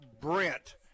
Brent